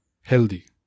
healthy